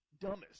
dumbest